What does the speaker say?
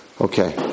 Okay